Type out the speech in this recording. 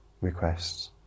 requests